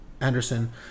Anderson